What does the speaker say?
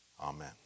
Amen